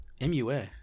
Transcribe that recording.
MUA